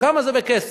כמה זה בכסף?